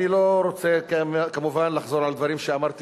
אני לא רוצה כמובן לחזור על דברים שאמרתי